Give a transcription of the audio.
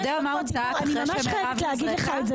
משה, אני ממש חייבת להגיד לך.